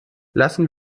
lassen